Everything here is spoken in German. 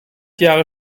jahre